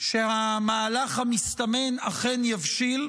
שהמהלך המסתמן אכן יבשיל,